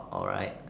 alright